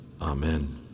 amen